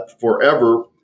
forever